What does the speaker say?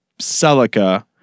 Celica